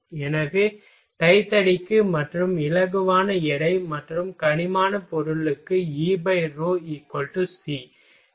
எனவே டை தடிக்கு மற்றும் இலகுவான எடை மற்றும் கடினமான பொருளுக்கு E ρ C